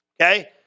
okay